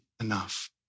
enough